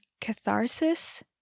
catharsis